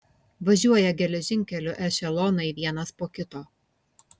važiuoja geležinkeliu ešelonai vienas po kito